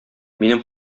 минем